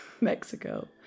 Mexico